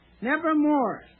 nevermore